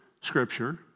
Scripture